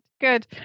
good